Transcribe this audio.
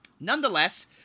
Nonetheless